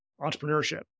entrepreneurship